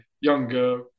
younger